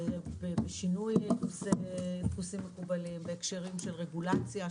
שינוי דפוסים מקובלים בהקשרים של רגולציה,